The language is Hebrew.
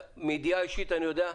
מידיעה אישית אני יודע.